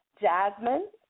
Jasmine